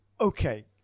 Okay